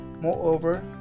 Moreover